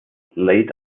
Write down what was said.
late